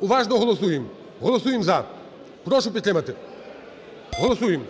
уважно голосуємо, голосуємо "за". Прошу підтримати, голосуємо.